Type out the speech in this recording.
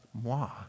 moi